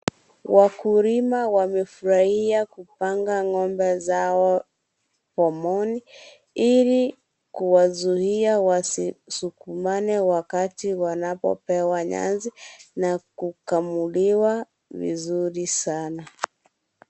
Wakulima wamefurahia kupanga ng'ombe zao pomoni, ili kuwazuia wasisukumane wakati wanapopewa nyasi na kukamuliwa vizuri sana.